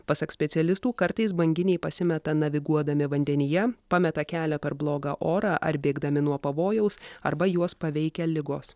pasak specialistų kartais banginiai pasimeta naviguodami vandenyje pameta kelią per blogą orą ar bėgdami nuo pavojaus arba juos paveikia ligos